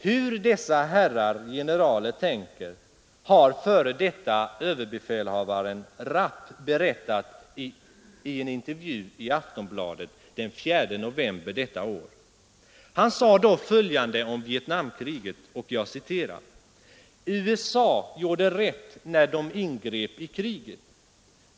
Hur dessa herrar generaler tänker har före detta överbefälhavaren Rapp berättat i en intervju i Aftonbladet den 4 november detta år. Han sade då följande om Vietnamkriget: ”USA gjorde rätt när de ingrep i kriget.